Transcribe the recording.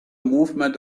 movement